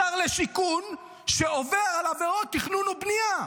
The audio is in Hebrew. השר לשיכון שעובר עבירות תכנון ובנייה,